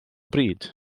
bryd